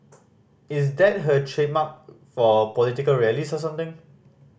is that her trademark for political rallies or something